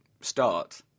start